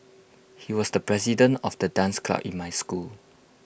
he was the president of the dance club in my school